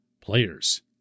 players